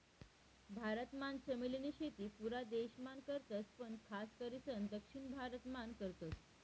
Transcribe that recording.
भारत मान चमेली नी शेती पुरा देश मान करतस पण खास करीसन दक्षिण भारत मान करतस